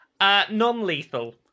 Non-lethal